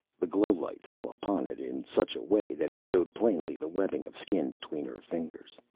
the glow-light fell upon it in such a way that it showed plainly the webbing of skin between her fingers.